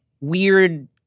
weird